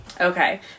Okay